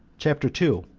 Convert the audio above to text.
chapter two.